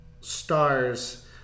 stars